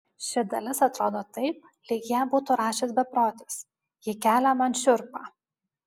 ši dalis atrodo taip lyg ją būtų rašęs beprotis ji kelia man šiurpą